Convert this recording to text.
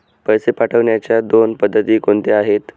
पैसे पाठवण्याच्या दोन पद्धती कोणत्या आहेत?